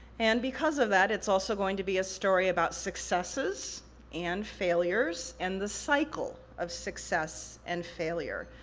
and because of that, it's also going to be a story about successes and failures, and the cycle of success and failure.